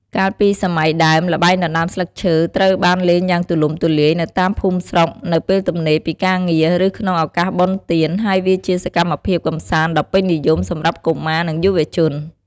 កាលពីសម័យដើម ល្បែងដណ្ដើមស្លឹកឈើត្រូវបានលេងយ៉ាងទូលំទូលាយនៅតាមភូមិស្រុក នៅពេលទំនេរពីការងារ ឬក្នុងឱកាសបុណ្យទាន ហើយវាជាសកម្មភាពកម្សាន្តដ៏ពេញនិយមសម្រាប់កុមារ និងយុវជន។